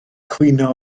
cwyno